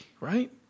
right